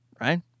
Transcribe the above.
right